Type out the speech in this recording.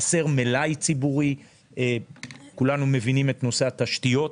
חסר מלאי ציבורי, כולנו מבינים את נושא התשתיות.